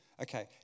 Okay